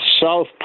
south